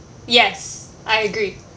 yes I agree